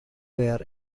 were